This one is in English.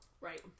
Right